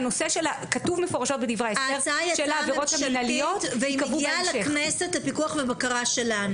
כתוב מפורשות בדברי ההסבר שאלה עבירות המינהליות וייקבעו בהמשך.